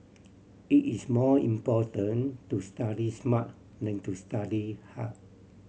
it is more important to study smart than to study hard